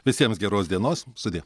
visiems geros dienos sudie